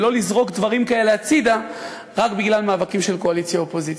ולא לזרוק דברים כאלה הצדה רק בגלל מאבקים של קואליציה אופוזיציה.